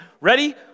ready